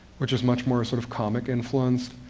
which is much more sort of comic influenced.